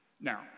Now